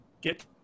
get